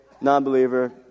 non-believer